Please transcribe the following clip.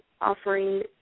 offering